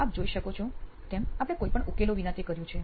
આપ જોઈ શકો છો તેમ આપણે કોઈ પણ ઉકેલો વિના તે કર્યું છે